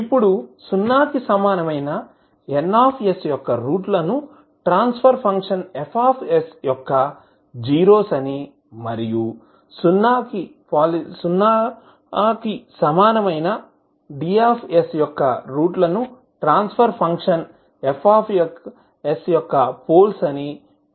ఇప్పుడు 0 కి సమానమైన N యొక్క రూట్ లను ట్రాన్స్ఫర్ ఫంక్షన్ F యొక్క జీరోస్ మరియు 0 polynomial కి సమానమైన D యొక్క రూట్ లను ట్రాన్స్ఫర్ ఫంక్షన్ F యొక్కపోల్స్ అని పిలుస్తారు